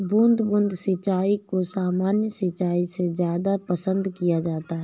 बूंद बूंद सिंचाई को सामान्य सिंचाई से ज़्यादा पसंद किया जाता है